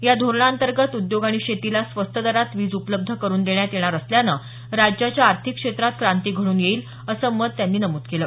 या धोरणांगत उद्योग आणि शेतीला स्वस्त दरात वीज उपलब्ध करून देण्यात येणार असल्यानं राज्याच्या आर्थिक क्षेत्रात क्रांती घड्रन येईल असं त्यांनी नमूद केलं